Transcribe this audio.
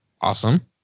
Awesome